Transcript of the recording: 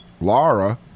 Laura